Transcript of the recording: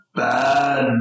bad